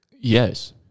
Yes